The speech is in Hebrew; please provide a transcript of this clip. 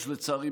לצערי,